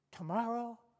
Tomorrow